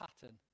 pattern